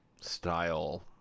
style